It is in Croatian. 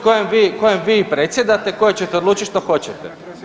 Kojem vi predsjedate, koji ćete odlučiti što hoćete.